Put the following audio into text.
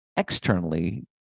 externally